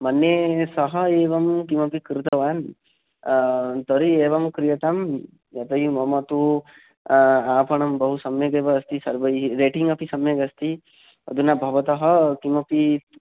मन्ये सः एवं किमपि कृतवान् तर्हि एवं क्रियतां यतो हि मम तु आपणं बहु सम्यगेव अस्ति सर्वैः रेटिङ्ग् अपि सम्यगस्ति अधुना भवतः किमपि